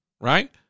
Right